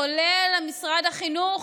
כולל משרד החינוך,